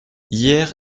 hier